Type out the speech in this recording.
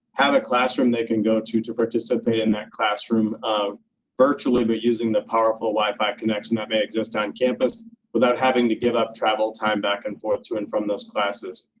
have a classroom they can go to to participate in that classroom um virtually but using the powerful wi-fi connection that may exist on campus without having to give up travel time back and forth to and from those classes.